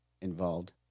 involved